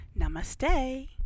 Namaste